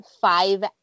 five